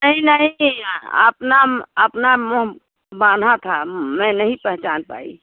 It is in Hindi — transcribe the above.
नहीं नहीं अपना अपना मुँह बाँधा था मैं नहीं पहचान पाई